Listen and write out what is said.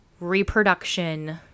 reproduction